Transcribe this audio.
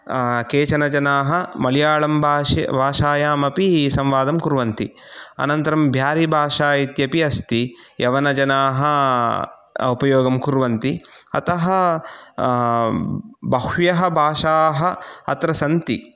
केचन जनाः मलयालं भाषे भाषायामपि संवादं कुर्वन्ति अनन्तरं ब्यारिभाषा इत्यपि अस्ति यवनजनाः उपयोगं कुर्वन्ति अतः बह्व्यः भाषाः अत्र सन्ति